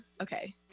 Okay